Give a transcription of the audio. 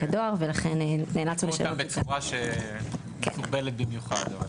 הדואר ולכן נאלצנו --- אותה בצורה מכובדת במיוחד.